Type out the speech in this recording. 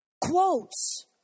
quotes